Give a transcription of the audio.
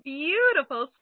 beautiful